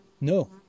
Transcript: No